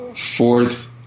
fourth